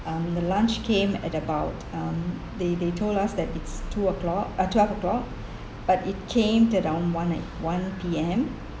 um the lunch came at about um they they told us that it's two o'clock uh twelve o'clock but it came down at one at one P_M